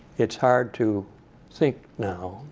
it's hard to think now,